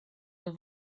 nhw